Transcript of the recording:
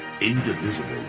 indivisible